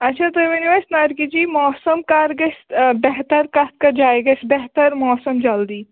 اَچھا تُہۍ ؤنِو اَسہِ نرگِس جی موسم کَر گَژھِ بہتر کَتھ کَتھ جایہِ جایہِ گَژھِ بہتر موسم جلدی